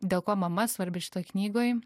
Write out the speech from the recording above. dėl ko mama svarbi šitoj knygoj